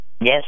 Yes